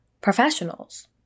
professionals